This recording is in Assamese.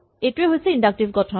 এইটোৱেই হৈছে ইন্ডাক্টিভ গঠন